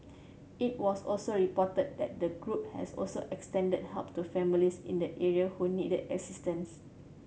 it was also reported that the group has also extended help to families in the area who needed assistance